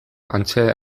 hantxe